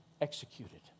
executed